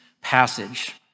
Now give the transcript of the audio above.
passage